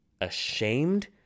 ashamed